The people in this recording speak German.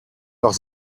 noch